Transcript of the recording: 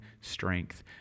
strength